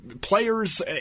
players